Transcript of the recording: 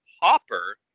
Hopper